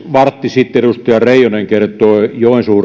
vartti sitten edustaja reijonen kertoi joensuuhun